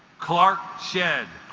clarke shed